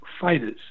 fighters